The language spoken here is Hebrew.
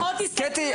קטי,